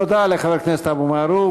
תודה לחבר הכנסת אבו מערוף.